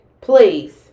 please